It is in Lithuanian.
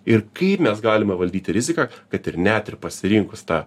ir kaip mes galime valdyti riziką kad ir net ir pasirinkus tą